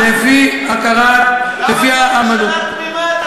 לפי הכרת, לפי העמדות, למה צריכים שנה תמימה?